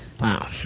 Wow